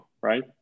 right